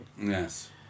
Yes